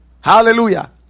Hallelujah